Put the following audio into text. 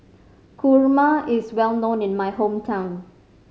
kurma is well known in my hometown